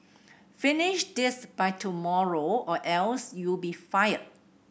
finish this by tomorrow or else you'll be fired